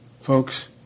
Folks